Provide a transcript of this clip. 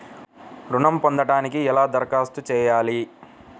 ఋణం పొందటానికి ఎలా దరఖాస్తు చేయాలి?